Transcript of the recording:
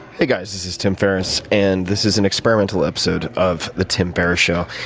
hey guys, this is tim ferriss, and this is an experimental episode of the tim ferriss show.